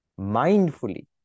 mindfully